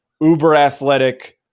uber-athletic